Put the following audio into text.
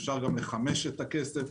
אפשר גם לחמש את הכסף.